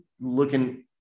looking